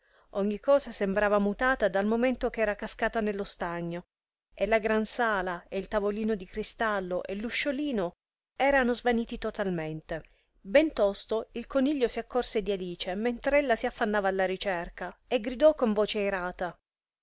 più ogni cosa sembrava mutata dal momento ch'era cascata nello stagno e la gran sala e il tavolino di cristallo e l'usciolino erano svaniti totalmente bentosto il coniglio si accorse di alice mentr'ella si affannava alla ricerca e gridò con voce irata